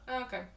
Okay